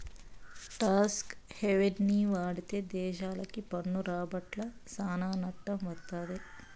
talks హెవెన్ని వాడితే దేశాలకి పన్ను రాబడ్ల సానా నట్టం వత్తది